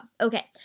Okay